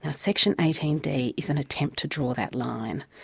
ah section eighteen d is an attempt to draw that line.